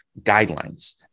guidelines